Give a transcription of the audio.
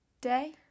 day